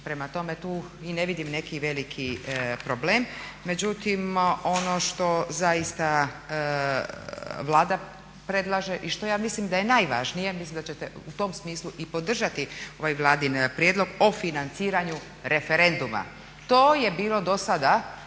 Prema tome, tu i ne vidim neki veliki problem. Međutim, ono što zaista Vlada predlaže i što ja mislim da je najvažnije mislim da ćete u tom smislu i podržati ovaj Vladin prijedlog o financiranju referenduma. To je bilo do sada